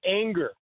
anger